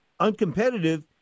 uncompetitive